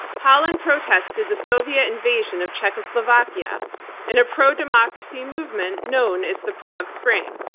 holland protested the soviet invasion of czechoslovakia in a pro-democracy movement known as the prague spring.